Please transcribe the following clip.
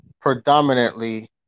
predominantly